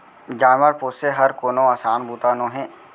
जानवर पोसे हर कोनो असान बूता नोहे